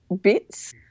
bits